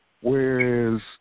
whereas